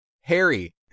Harry